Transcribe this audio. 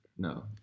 no